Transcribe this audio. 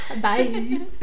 Bye